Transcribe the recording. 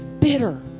bitter